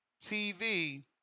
TV